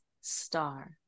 star